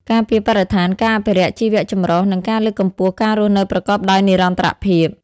ការពារបរិស្ថាន ការអភិរក្សជីវចម្រុះ និងការលើកកម្ពស់ការរស់នៅប្រកបដោយនិរន្តរភាព។